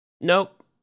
Nope